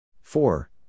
four